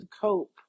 cope